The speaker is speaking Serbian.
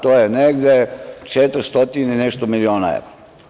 To je negde oko 400 i nešto miliona evra.